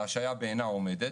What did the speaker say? ההשעיה בעינה עומדת.